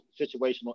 situational